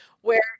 where-